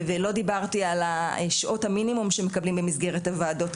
ולא דיברתי על שעות המינימום שמקבלים במסגרת הוועדות,